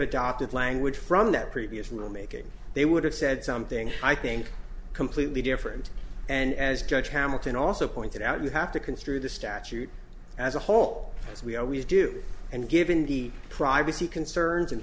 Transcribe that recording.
adopted language from that previous in the making they would have said something i think completely different and as judge hamilton also pointed out you have to construe the statute as a whole as we always do and given the privacy concerns and